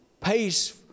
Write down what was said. pays